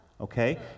okay